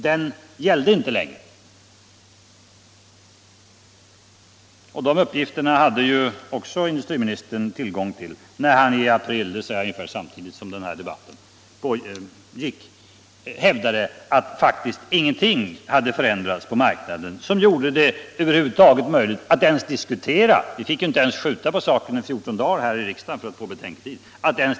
De uppgifterna hade också industriministern tillgång till när han i april hävdade att ingenting hade förändrats på marknaden som gjorde det nödvändigt att alls diskutera om premisserna för stålverket var de riktiga. Vi fick ju inte ens skjuta på saken 14 dagar här i riksdagen för att få betänketid.